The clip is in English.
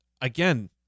again